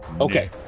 Okay